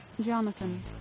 Jonathan